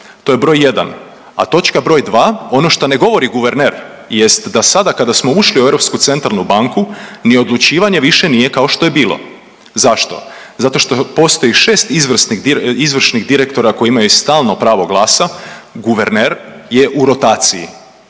To je broj jedan. A točka broj dva, ono što ne govori guverner jest da sada kada smo ušli u Europsku centralnu banku ni odlučivanje više nije kao što je bilo. Zašto? Zato što postoji 6 izvršnih direktora koji imaju stalno pravo glasa, guverner je u rotaciji